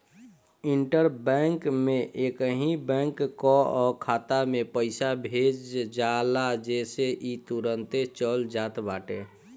inter bank में एकही bank कअ खाता में पईसा भेज जाला जेसे इ तुरंते चल जात बाटे